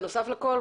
בנוסף לכול,